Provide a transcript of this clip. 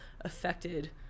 affected